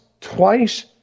twice